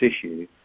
issue